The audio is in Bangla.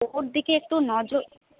ওর দিকে একটু নজর